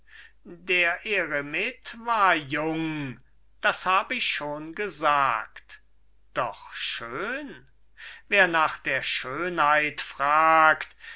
der eremit war jung das hab ich schon gesagt doch schön wer nach der schönheit fragt